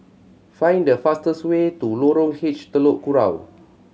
find the fastest way to Lorong H Telok Kurau